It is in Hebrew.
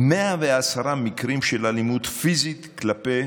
110 מקרים של אלימות פיזית כלפי